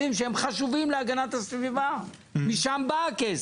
למה המשרד להגנת הסביבה בוועדה בעד,